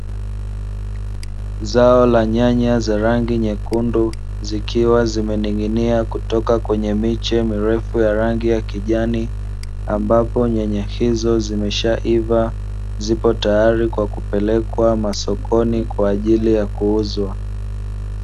Zao la nyanya za rangi nyekundu zikiwa zimening'inia kutoka kwenye miche mirefu ya rangi ya kijani, ambapo nyanya hizo zimeshaiva zipo tayari kwa kupelekwa masokoni kwa ajili ya kuuzwa.